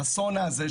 חסונה הזה,